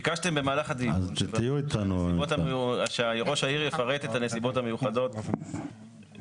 במהלך הדיון ביקשתם שראש העיר יפרט את הנסיבות המיוחדות בכתב.